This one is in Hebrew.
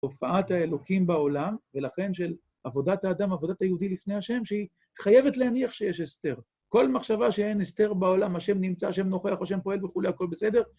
הופעת האלוקים בעולם, ולכן של עבודת האדם, עבודת היהודי לפני השם, שהיא חייבת להניח שיש הסתר. כל מחשבה שאין הסתר בעולם, השם נמצא, השם נוכח, השם פועל וכולי, הכול בסדר,